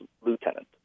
lieutenant